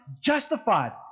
justified